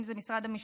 אם זה משרד המשפטים,